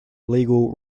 legal